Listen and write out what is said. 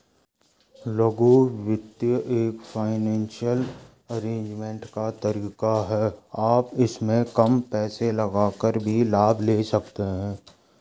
लघु वित्त एक फाइनेंसियल अरेजमेंट का तरीका है आप इसमें कम पैसे लगाकर भी लाभ ले सकते हैं